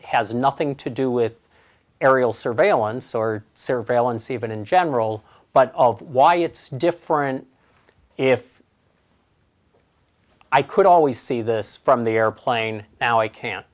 has nothing to do with aerial surveillance or surveillance even in general but why it's different if i could always see this from the airplane now i can